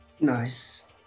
Nice